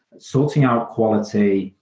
sorting out quality,